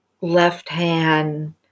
left-hand